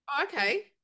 Okay